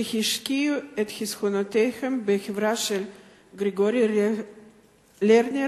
שהשקיעו את חסכונותיהם בחברה של גרגורי לרנר